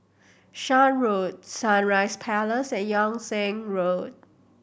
Shan Road Sunrise Palace and Yung Sheng Road